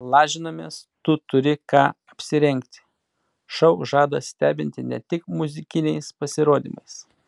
lažinamės tu turi ką apsirengti šou žada stebinti ne tik muzikiniais pasirodymais